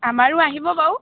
আমাৰো আহিব বাৰু